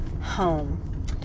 home